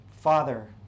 Father